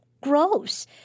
gross